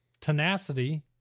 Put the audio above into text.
tenacity